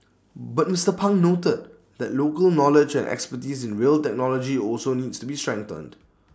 but Mister pang noted that local knowledge and expertise in rail technology also needs to be strengthened